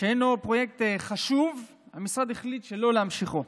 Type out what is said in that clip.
הינו פרויקט חשוב, המשרד החליט שלא להמשיכו.